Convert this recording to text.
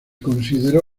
consideró